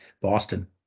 Boston